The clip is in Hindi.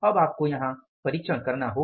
अब आपको यहां परिक्षण करना होगा